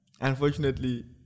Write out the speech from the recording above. unfortunately